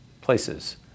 places